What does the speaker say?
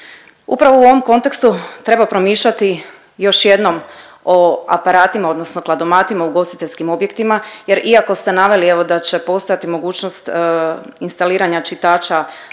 Upravo u ovom kontekstu treba promišljati još jednom o aparatima odnosno kladomatima u ugostiteljskim objektima jer iako ste naveli evo da će postojati mogućnost instaliranja čitača